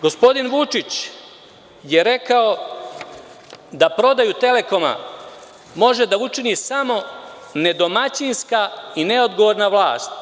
Gospodin Vučić je rekao da prodaju „Telekoma“ može da učini samo nedomaćinska i neodgovorna vlast.